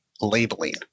labeling